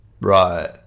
Right